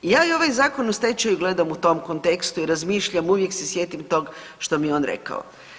I ja i ovaj Zakon o stečaju gledam u tom kontekstu i razmišljam, uvijek se sjetim tog što mi je on rekao.